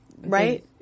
right